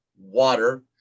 water